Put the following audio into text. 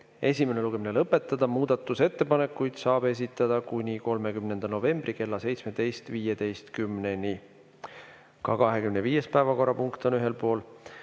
esimene lugemine lõpetada. Muudatusettepanekuid saab esitada 30. novembri kella 17.15‑ni. Ka 25. päevakorrapunktiga oleme ühel pool.